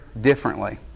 differently